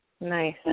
Nice